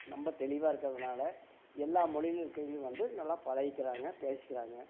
ரொம்ப தெளிவாக இருக்கறதுனால் எல்லா மொழியிலேயும் இருக்கவங்களும் வந்து நல்லா பழகிக்கிறாங்க பேசிக்கிறாங்க